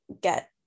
get